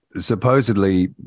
supposedly